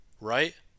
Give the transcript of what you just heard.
right